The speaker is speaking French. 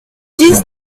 dix